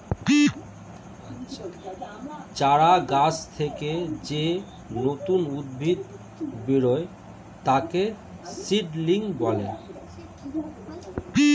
চারা গাছ থেকে যেই নতুন উদ্ভিদ বেরোয় তাকে সিডলিং বলে